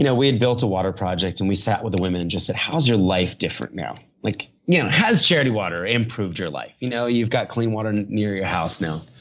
you know we had built a water project and we sat with the women and just said, how's your life different now? like yeah has charity water improved your life? you know you've got clean water near your house now.